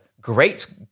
great